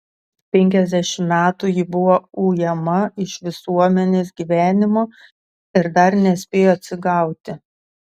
penkiasdešimt metų ji buvo ujama iš visuomenės gyvenimo ir dar nespėjo atsigauti